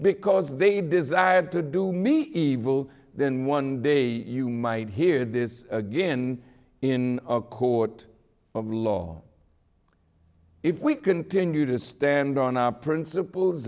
because they desired to do me evil then one day you might hear this again in a court of law if we continue to stand on our princip